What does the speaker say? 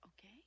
Okay